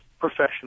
professional